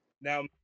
Now